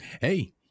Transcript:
Hey